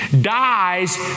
dies